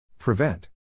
Prevent